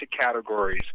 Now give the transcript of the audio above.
categories